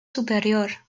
superior